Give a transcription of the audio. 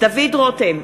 דוד רותם,